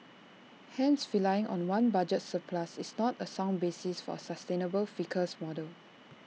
hence relying on one budget surplus is not A sound basis for A sustainable fiscal model